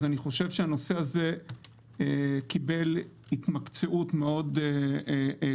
אני חושב שהנושא הזה קיבל התמקצעות מאוד גדולה,